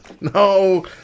No